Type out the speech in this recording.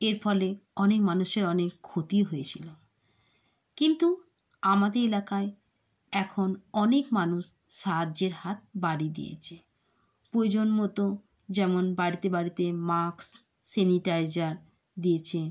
এর ফলে অনেক মানুষের অনেক ক্ষতি হয়েছিল কিন্তু আমাদের এলাকায় এখন অনেক মানুষ সাহায্যের হাত বাড়িয়ে দিয়েছে প্রয়োজন মতো যেমন বাড়িতে বাড়িতে মাস্ক স্যানিটাইজার দিয়েছে